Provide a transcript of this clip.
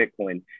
Bitcoin